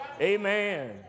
Amen